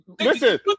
Listen